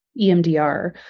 EMDR